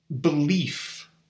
belief